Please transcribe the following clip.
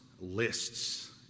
lists